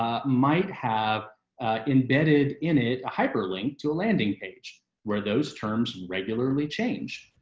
um might have embedded in it a hyperlink to a landing page where those terms regularly change.